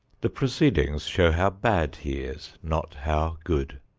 the proceedings show how bad he is, not how good.